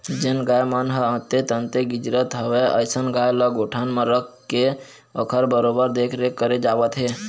जेन गाय मन ह अंते तंते गिजरत हवय अइसन गाय ल गौठान म रखके ओखर बरोबर देखरेख करे जावत हे